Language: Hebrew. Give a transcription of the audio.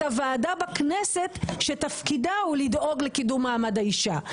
הוועדה בכנסת שתפקידה הוא לדאוג לקידום מעמד האישה.